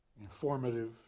informative